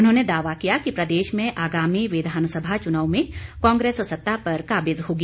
उन्होंने दावा किया कि प्रदेश में आगामी विधानसभा चुनाव में कांग्रेस सत्ता पर काबिज होगी